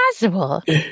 impossible